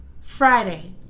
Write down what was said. Friday